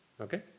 Okay